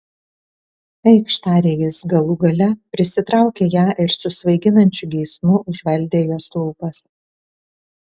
eikš tarė jis galų gale prisitraukė ją ir su svaiginančiu geismu užvaldė jos lūpas